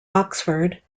oxford